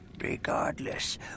Regardless